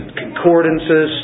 concordances